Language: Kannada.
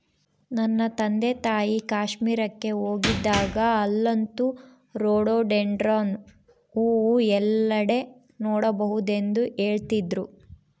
ನನ್ನ ತಂದೆತಾಯಿ ಕಾಶ್ಮೀರಕ್ಕೆ ಹೋಗಿದ್ದಾಗ ಅಲ್ಲಂತೂ ರೋಡೋಡೆಂಡ್ರಾನ್ ಹೂವು ಎಲ್ಲೆಡೆ ನೋಡಬಹುದೆಂದು ಹೇಳ್ತಿದ್ರು